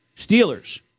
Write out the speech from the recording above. Steelers